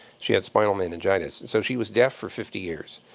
she had spinal meningitis. so she was deaf for fifty years.